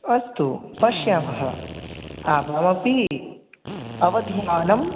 अस्तु पश्यावः आवामपि अवधानम्